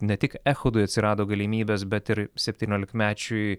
ne tik echodui atsirado galimybės bet ir septyniolikmečiui